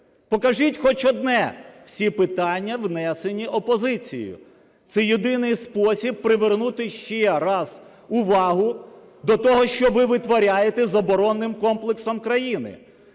покажіть хоч одне – всі питання внесенні опозицією. Це єдиний спосіб привернути ще раз увагу до того, що ви витворяєте з оборонним комплексом країни.